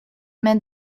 man